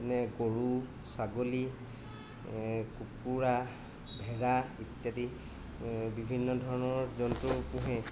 গৰু ছাগলী কুকুৰা ভেড়া ইত্যাদি বিভিন্ন ধৰণৰ জন্তু পোহে